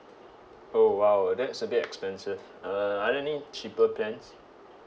oh !wow! that's a bit expensive uh are there any cheaper plans